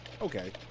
okay